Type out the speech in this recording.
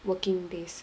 working days